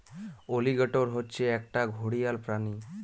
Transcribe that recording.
alligator হচ্ছে একটা ঘড়িয়াল প্রাণী